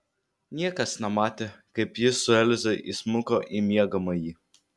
niekas nematė kaip jis su elze įsmuko į miegamąjį